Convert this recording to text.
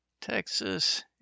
Texas